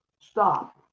stop